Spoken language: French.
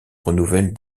renouvelle